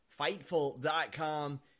Fightful.com